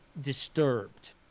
disturbed